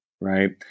Right